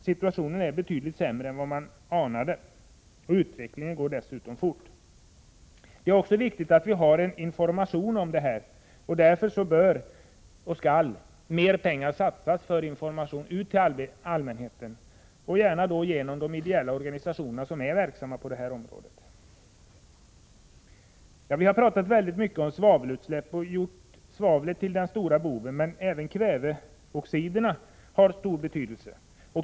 Situationen är betydligt sämre än vad man anade. Utvecklingen går dessutom fort. Vidare är det viktigt att vi har en information om detta. Därför bör och skall mer pengar satsas för information till allmänheten, gärna genom de ideella organisationer som är verksamma på detta område. Vi har talat mycket om svavelutsläppen och gjort svavlet till den stora boven. Men även kväveoxiderna har stor betydelse.